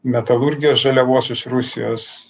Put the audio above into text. metalurgijos žaliavos iš rusijos